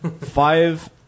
five